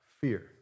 fear